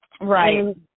Right